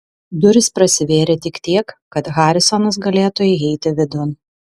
durys prasivėrė tik tiek kad harisonas galėtų įeiti vidun